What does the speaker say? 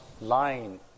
line